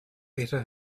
better